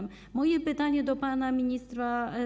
Moje pytanie do pana ministra.